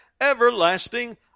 everlasting